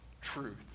truth